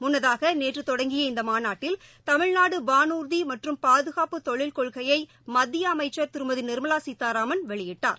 முன்னதாக நேற்று தொடங்கிய இந்த மாநாட்டில் தமிழ்நாடு வானூர்தி மற்றும் பாதுகாப்பு தொழில் கொள்கையை மத்திய அமைச்சர் திருமதி நிர்மலா சீதாராமன் வெளியிட்டார்